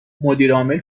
مدیرعامل